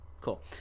Cool